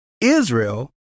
Israel